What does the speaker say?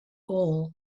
all